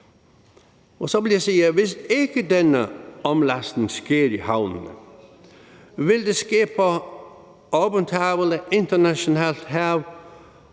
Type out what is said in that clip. Og så vil jeg sige, at hvis ikke denne omlastning skete i havnene, ville det ske på åbent hav eller internationalt hav,